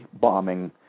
bombing